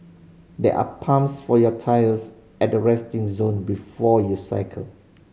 there are pumps for your tyres at the resting zone before you cycle